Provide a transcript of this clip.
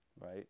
right